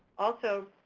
also,